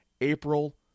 April